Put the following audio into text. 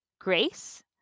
grace